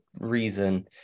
reason